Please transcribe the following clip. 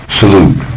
salute